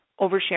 overshare